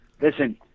Listen